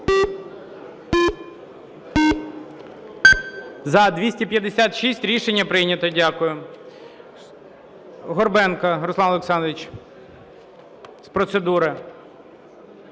За-256 Рішення прийнято. Дякую.